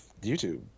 YouTube